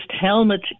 helmet